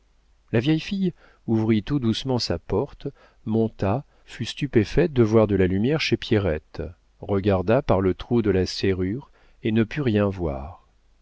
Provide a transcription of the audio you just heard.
la vieille fille ouvrit tout doucement sa porte monta fut stupéfaite de voir de la lumière chez pierrette regarda par le trou de la serrure et ne put rien voir